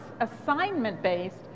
assignment-based